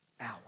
hour